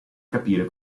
capire